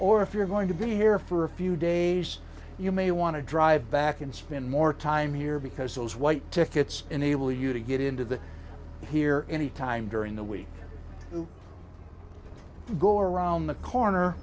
or if you're going to be here for a few days you may want to drive back and spend more time here because those white tickets enable you to get into the here any time during the week to go around the corner